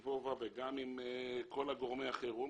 זאב ווה צוק רם וגם עם כל גורמי החירום.